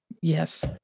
yes